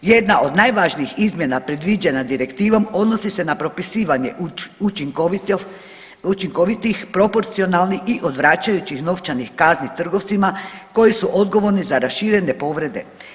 Jedna od najvažnijih izmjena predviđena direktivom odnosi se na propisivanje učinkovitih proporcionalnih i odvraćajućih novčanih kazni trgovcima koji su odgovorni za raširene povrede.